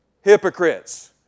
Hypocrites